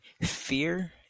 fear